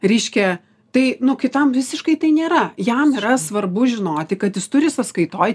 reiškia tai nu kitam visiškai tai nėra jam yra svarbu žinoti kad jis turi sąskaitoj